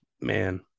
man